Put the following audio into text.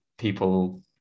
people